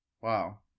wow